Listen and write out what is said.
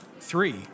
Three